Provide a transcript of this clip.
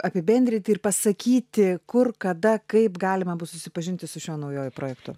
apibendryti ir pasakyti kur kada kaip galima bus susipažinti su šiuo naujuoju projektu